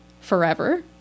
forever